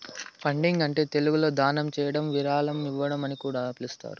funding అంటే తెలుగులో దానం చేయడం విరాళం ఇవ్వడం అని కూడా పిలుస్తారు